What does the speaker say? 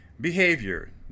Behavior